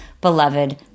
beloved